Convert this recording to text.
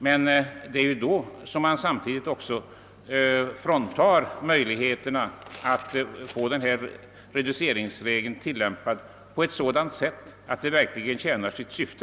Men då fråntas man samtidigt också möjligheterna att få denna reduceringsväg tillämpad på sådant sätt, att den verkligen tjänar sitt syfte.